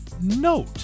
note